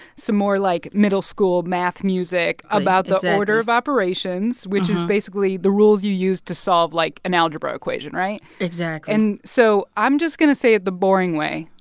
some more, like, middle-school math music. exactly. about the order of operations, which is basically the rules you use to solve, like, an algebra equation, right? exactly and so i'm just going to say it the boring way,